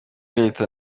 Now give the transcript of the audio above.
leta